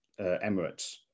Emirates